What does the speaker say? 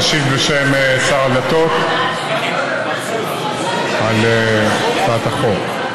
אשיב בשם שר הדתות על הצעת החוק.